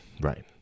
Right